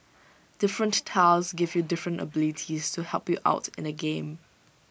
different tiles give you different abilities to help you out in the game